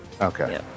Okay